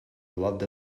loved